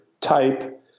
type